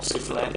מוסיף להן.